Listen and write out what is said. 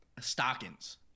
stockings